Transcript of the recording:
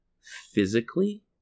physically